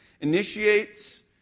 initiates